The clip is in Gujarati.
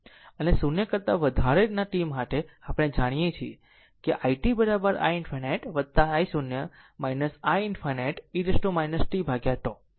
અને 0 કરતા વધારેના t માટે આપણે આ જાણીએ છીએ કે i t i ∞ i0 i ∞ e t tτ